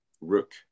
Rook